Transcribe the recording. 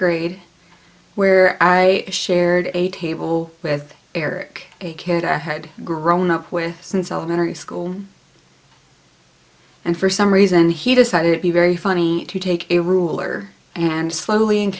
grade where i shared a table with eric a kid i had grown up with since elementary school and for some reason he decided to be very funny to take a ruler and slowly and